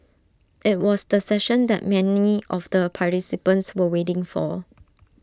IT was the session that many of the participants were waiting for